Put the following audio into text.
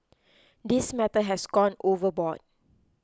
this matter has gone overboard